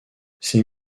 ces